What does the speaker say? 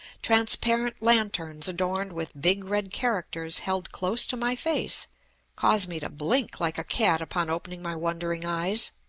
transparent lanterns adorned with big red characters held close to my face cause me to blink like a cat upon opening my wondering eyes.